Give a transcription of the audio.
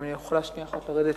אני יכולה שנייה אחת לרדת?